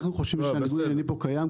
אנחנו חושבים שניגוד העניינים פה קיים,